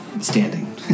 Standing